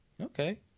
Okay